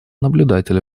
наблюдателя